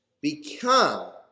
become